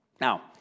Now